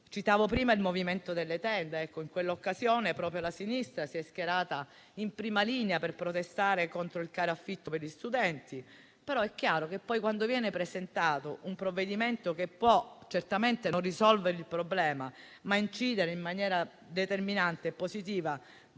Citavo prima il movimento delle tende, rispetto al quale la sinistra si è schierata in prima linea per protestare contro il caro affitti per gli studenti; tuttavia, quando viene presentato un provvedimento che certamente non risolve il problema, ma può incidere in maniera determinante e positiva,